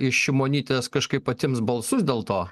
iš šimonytės kažkaip atims balsus dėl to